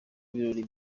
ibirori